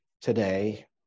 today